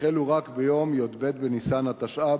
יחלו רק ביום י"ב בניסן התשע"ב,